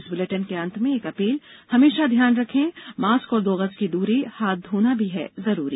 इस बुलेटिन के अंत में एक अपील हमेशा ध्यान रखें मास्क और दो गज की दूरी हाथ धोना भी है जरूरी